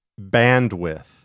Bandwidth